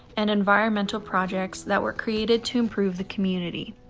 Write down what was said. and environmental projects that were created to improve the community.